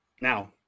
Now